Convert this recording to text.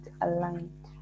aligned